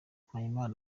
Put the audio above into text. mpayimana